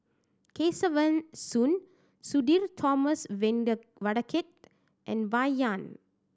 Kesavan Soon Sudhir Thomas Vadaketh and Bai Yan